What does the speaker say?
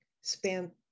spent